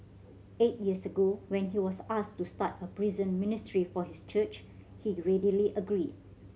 eight years ago when he was asked to start a prison ministry for his church he readily agreed